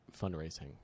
fundraising